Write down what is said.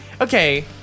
Okay